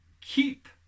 keep